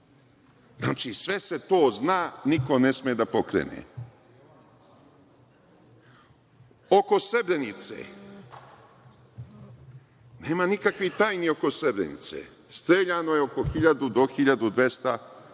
Znači, sve se to zna, a niko ne sme da pokrene. Oko Srebrenice, nema nikakvih tajni oko Srebrenice. Streljano je oko 1000 do 1200